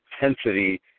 intensity